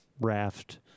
raft